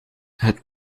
het